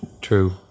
True